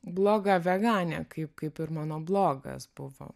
bloga veganė kaip kaip ir mano blogas buvo